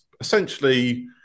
essentially